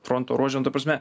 fronto ruože nu ta prasme